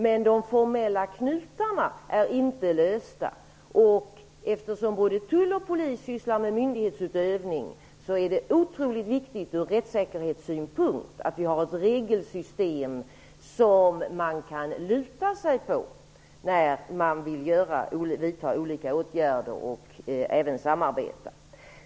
De formella knutarna är inte lösta, och eftersom både tull och polis sysslar med myndighetsutövnig, är det otroligt viktigt ur rättssäkerhetssynpunkt att vi har ett regelsystem som man kan luta sig mot när man vill vidta olika åtgärder och även samarbeta.